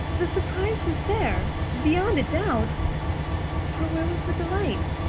the surprise was there, beyond doubt but where was the delight?